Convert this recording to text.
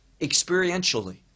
experientially